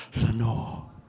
Lenore